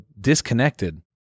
disconnected